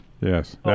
Yes